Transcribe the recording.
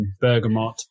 bergamot